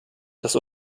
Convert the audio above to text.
das